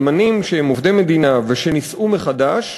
אלמנים שהם עובדי מדינה ושנישאו מחדש